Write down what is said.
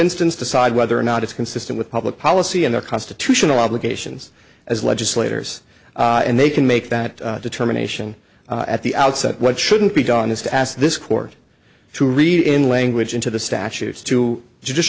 instance decide whether or not it's consistent with public policy and our constitutional obligations as legislators and they can make that determination at the outset what shouldn't be done is to ask this court to read in language into the statutes to ju